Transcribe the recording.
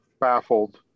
baffled